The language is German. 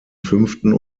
fünften